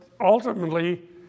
ultimately